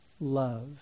love